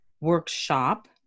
workshop